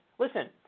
Listen